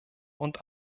und